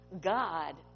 God